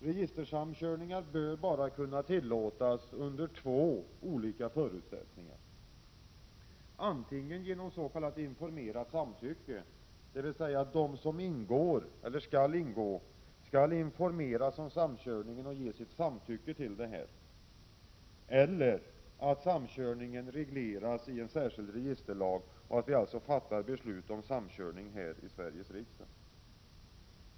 Registersamkörningar bör kunna tillåtas endast under två förutsättningar: antingen genom s.k. informerat samtycke, dvs. att de som ingår skall informeras om samkörningen och ge sitt samtycke till den, eller genom att samkörningen regleras i en särskild registerlag, dvs. att vi fattar beslut om samkörningen här i Sveriges riksdag.